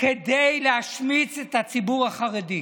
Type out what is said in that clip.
כדי להשמיץ את הציבור החרדי.